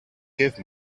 give